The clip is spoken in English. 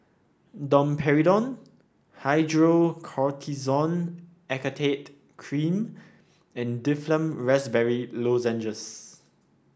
Domperidone Hydrocortisone Acetate Cream and Difflam Raspberry Lozenges